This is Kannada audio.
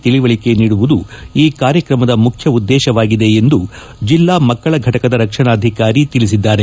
ತಿಳುವಳಿಕೆ ನೀಡುವುದು ಈ ಕಾರ್ಯಕ್ರಮದ ಮುಖ್ಯ ಉದ್ಗೇಶವಾಗಿದೆ ಎಂದು ಜಿಲ್ನಾ ಮಕ್ಕಳ ಫಟಕದ ರಕ್ಷಣಾಧಿಕಾರಿಗಳು ತಿಳಿಸಿದ್ದಾರೆ